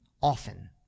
often